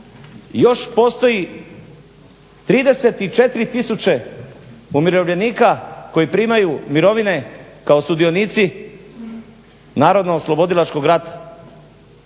još postoji 34000 umirovljenika koji primaju mirovine kao sudionici Narodno oslobodilačko rata.